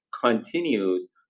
continues